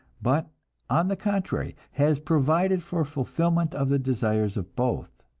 but on the contrary, has provided for fulfillment of the desires of both.